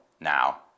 now